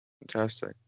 Fantastic